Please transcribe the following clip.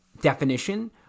definition